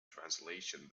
translation